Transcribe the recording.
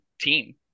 team